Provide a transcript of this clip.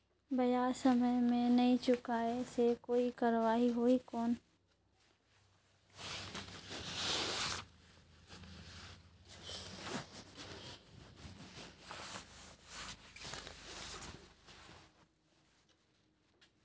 ब्याज समय मे नी चुकाय से कोई कार्रवाही होही कौन?